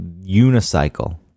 unicycle